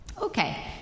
Okay